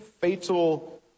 fatal